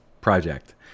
project